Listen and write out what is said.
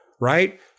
right